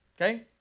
Okay